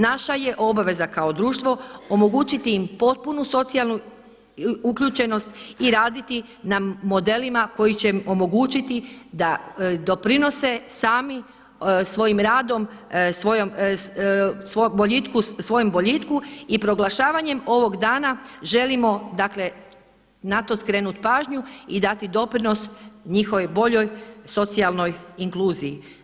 Naša je obaveza kao društvo omogućiti im potpunu socijalnu uključenost i raditi na modelima koji će omogućiti da doprinose sami svojim radom, svojem boljitku, svojem boljitku i proglašavanjem ovog dana želimo dakle na to skrenuti pažnju i dati doprinos njihovoj boljoj socijalnoj inkluziji.